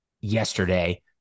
yesterday